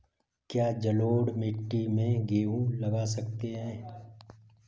क्या जलोढ़ मिट्टी में गेहूँ लगा सकते हैं?